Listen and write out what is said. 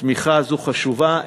התמיכה הזאת חשובה.